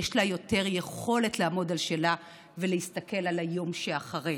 יש לה יותר יכולת לעמוד על שלה ולהסתכל על היום שאחרי.